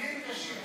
חולים קשים.